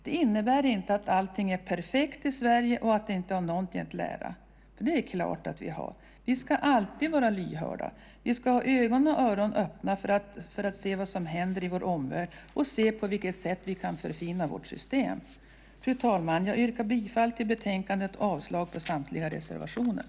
Det innebär inte att allting är perfekt i Sverige och att vi inte har någonting att lära. Det är klart att vi har. Vi ska alltid vara lyhörda. Vi ska ha både ögon och öron öppna för vad som händer i vår omvärld och se på vilket sätt vi kan förfina vårt system. Fru talman! Jag yrkar bifall till förslagen i betänkandet och avslag på samtliga reservationer.